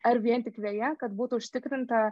ar vien tik veja kad būtų užtikrinta